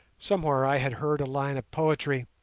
somewhere i had heard a line of poetry,